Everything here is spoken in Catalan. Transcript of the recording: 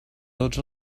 tots